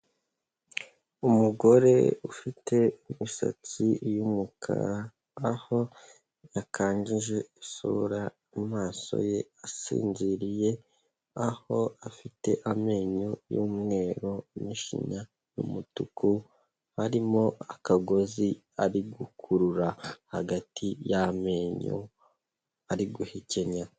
Umugore ufite imisatsi y'umukara, aho yakanjije isura, amaso ye asinziriye, aho afite amenyo y'umweru n'ishinya y'umutuku, harimo akagozi ari gukurura hagati yamenyo, ari guhekenya.